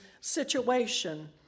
situation